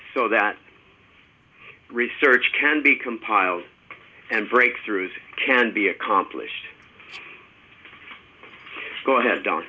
so that research can be compiled and breakthroughs can be accomplished go ahead don